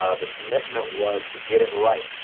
ah the commitment was to get it right.